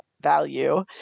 value